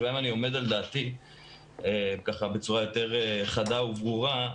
שבהם אני עומד על דעתי ככה בצורה יותר חדה וברורה,